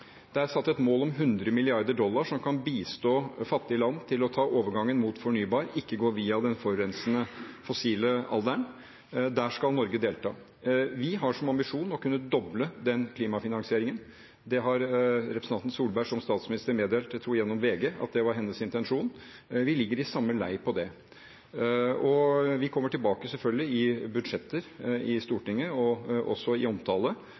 Det er satt et mål om 100 milliarder dollar som kan bistå fattige land til å ta overgangen mot fornybar, ikke gå via den forurensende fossile alderen. Der skal Norge delta. Vi har som ambisjon å kunne doble den klimafinansieringen. Det har representanten Solberg som statsminister meddelt, jeg tror det var gjennom VG, også var hennes intensjon. Vi ligger i samme lei på det. Vi kommer tilbake, selvfølgelig, i budsjetter i Stortinget og også i omtale